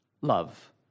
love